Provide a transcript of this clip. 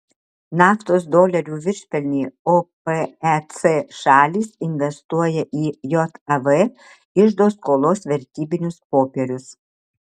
naftos dolerių viršpelnį opec šalys investuoja į jav iždo skolos vertybinius popierius